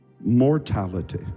mortality